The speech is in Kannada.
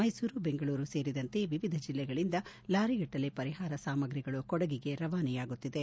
ಮೈಸೂರು ಬೆಂಗಳೂರು ಸೇರಿದಂತೆ ವಿವಿಧ ಜಿಲ್ಲೆಗಳಿಂದ ಲಾರಿಗಟ್ಟಲೆ ಪರಿಹಾರ ಸಾಮಗ್ರಿಗಳು ಕೊಡಗಿಗೆ ರವಾನೆಯಾಗುತ್ತಿದೆ